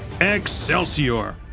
Excelsior